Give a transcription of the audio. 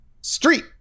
Street